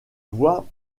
voit